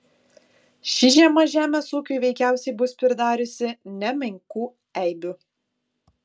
ši žiema žemės ūkiui veikiausiai bus pridariusi nemenkų eibių